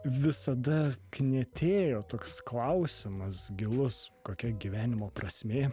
visada knietėjo toks klausimas gilus kokia gyvenimo prasmė